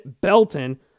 Belton